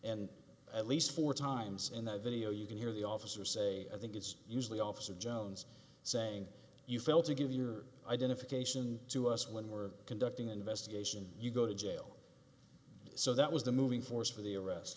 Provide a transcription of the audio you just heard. and at least four times in the video you can hear the officer say i think it's usually officer jones saying you fail to give your identification to us when we're conducting an investigation you go to jail so that was the moving force for the arrest